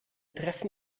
treffen